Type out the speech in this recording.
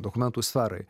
dokumentų sferai